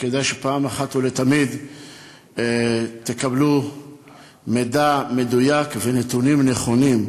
וכדאי שפעם אחת ולתמיד תקבלו מידע מדויק ונתונים נכונים,